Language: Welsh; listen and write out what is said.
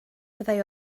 fyddai